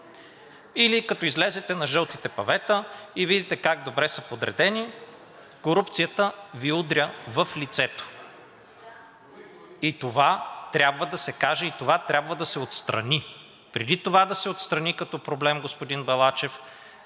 Или като излезете на жълтите павета и видите как добре са подредени, корупцията Ви удря в лицето. Това трябва да се каже и това трябва да се отстрани. Преди това да се отстрани като проблем, господин Балачев,